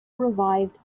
revived